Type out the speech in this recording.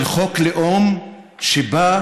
של חוק לאום שבא